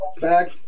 back